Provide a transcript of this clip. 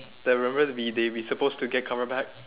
the remember we they we supposed to get cover back